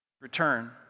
return